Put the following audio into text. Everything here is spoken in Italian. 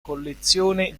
collezione